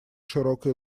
широкой